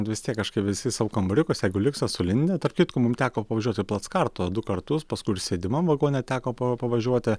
vis tiek kažkaip visi savo kambariukuose jeigu liuksas sulindę tarp kitko mum teko pavažiuoti plackartu du kartus paskui ir sėdimam vagone teko pa pavažiuoti